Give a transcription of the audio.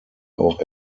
auch